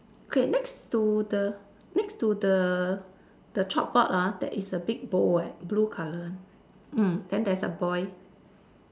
okay next to the next to the the chalkboard ah there is a big bowl leh blue colour one mm then there's a boy